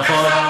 נכון.